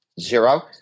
zero